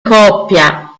coppia